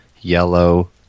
yellow